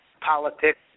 politics